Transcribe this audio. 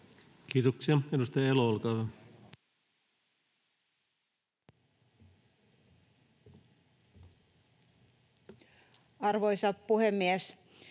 Kiitoksia. — Edustaja Elo, olkaa hyvä. [Speech